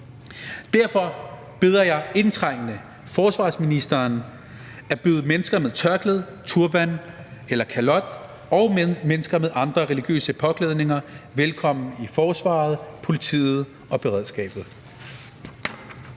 Derfor beder jeg indtrængende forsvarsministeren om at byde mennesker med tørklæde, turban eller kalot og mennesker med andre religiøse beklædningsgenstande velkommen i forsvaret, politiet og beredskabet.